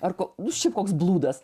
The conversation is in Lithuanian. ar ko jūs čia koks blūdas